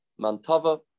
Mantava